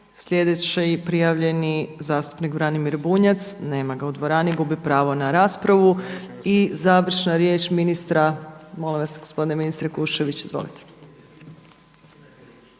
Sljedeći prijavljeni zastupnik Branimir Bunjac, nema ga u dvorani. Gubi pravo na raspravu. I završna riječ ministra, molim vas gospodine ministre Kuščević izvolite.